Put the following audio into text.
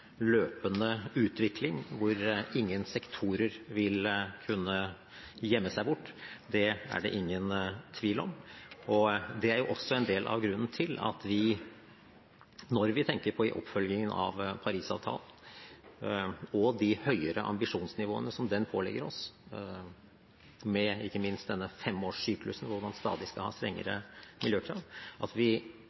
løpende utvikling hvor ingen sektorer vil kunne gjemme seg bort, er det ingen tvil om. Det er også en del av grunnen til at vi, når vi tenker i oppfølgingen av Paris-avtalen og de høyere ambisjonsnivåene som den pålegger oss, ikke minst med denne femårssyklusen hvor man skal ha stadig strengere miljøkrav,